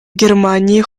германии